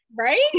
Right